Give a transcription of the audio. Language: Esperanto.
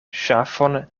ŝafon